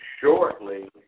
shortly